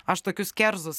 aš tokius kerzus